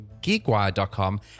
GeekWire.com